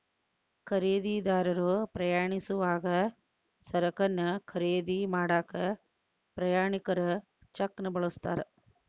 ಖರೇದಿದಾರರು ಪ್ರಯಾಣಿಸೋವಾಗ ಸರಕನ್ನ ಖರೇದಿ ಮಾಡಾಕ ಪ್ರಯಾಣಿಕರ ಚೆಕ್ನ ಬಳಸ್ತಾರ